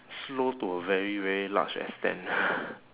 slow to a very very large extent